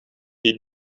die